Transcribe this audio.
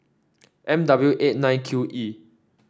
M W eight nine Q E